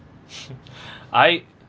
I